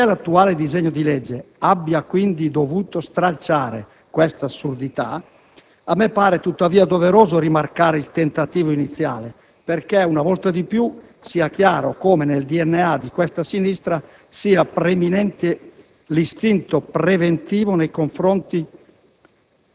Benché l'attuale disegno di legge abbia quindi dovuto stralciare questa assurdità, a me pare tuttavia doveroso rimarcare il tentativo iniziale perché, una volta di più, sia chiaro come nel DNA di questa sinistra sia preminente l'istinto preventivo specialmente